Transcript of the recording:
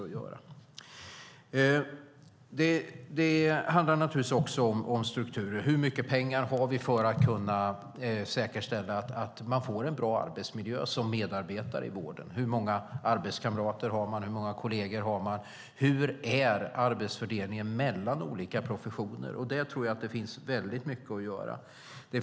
Det handlar också om strukturer, om hur mycket pengar vi har för att kunna säkerställa att man får en bra arbetsmiljö som medarbetare i vården, om hur många arbetskamrater och kolleger man har och om hur arbetsfördelningen mellan olika professioner är. Det finns mycket att göra där.